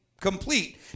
complete